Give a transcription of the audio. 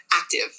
active